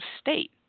state